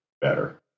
better